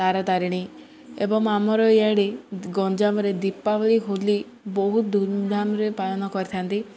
ତାରା ତାରିଣୀ ଏବଂ ଆମର ଇଆଡ଼େ ଗଞ୍ଜାମରେ ଦୀପାବଳି ହୋଲି ବହୁତ ଧୁମଧାମରେ ପାଳନ କରିଥାନ୍ତି